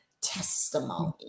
testimony